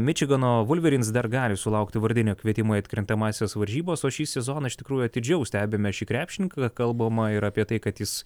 mičigano vulveryns dar gali sulaukti vardinio kvietimo į atkrintamąsias varžybas o šį sezoną iš tikrųjų atidžiau stebime šį krepšininką kalbama ir apie tai kad jis